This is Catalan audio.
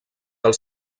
els